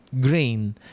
grain